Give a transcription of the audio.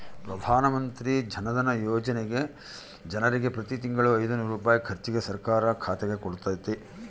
ಪ್ರಧಾನಮಂತ್ರಿ ಜನಧನ ಯೋಜನೆಗ ಜನರಿಗೆ ಪ್ರತಿ ತಿಂಗಳು ಐನೂರು ರೂಪಾಯಿ ಖರ್ಚಿಗೆ ಸರ್ಕಾರ ಖಾತೆಗೆ ಕೊಡುತ್ತತೆ